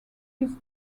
this